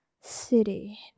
city